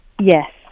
Yes